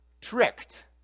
tricked